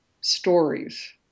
stories